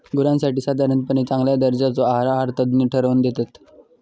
गुरांसाठी साधारणपणे चांगल्या दर्जाचो आहार आहारतज्ञ ठरवन दितत